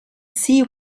see